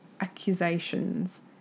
accusations